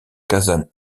kazan